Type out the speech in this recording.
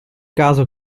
caso